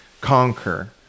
conquer